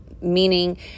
meaning